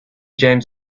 james